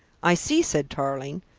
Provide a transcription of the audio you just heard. i see, said tarling,